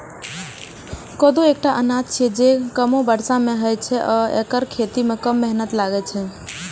कोदो एकटा अनाज छियै, जे कमो बर्षा मे होइ छै आ एकर खेती मे कम मेहनत लागै छै